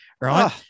right